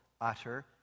utter